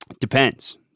Depends